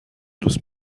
دوست